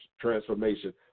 transformation